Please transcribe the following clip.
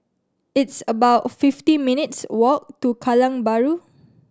it's about fifty minutes' walk to Kallang Bahru